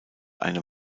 eine